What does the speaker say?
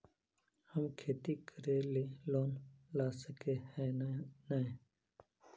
हम खेती करे ले लोन ला सके है नय?